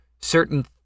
certain